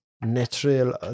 Natural